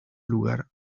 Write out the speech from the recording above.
lugar